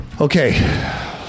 Okay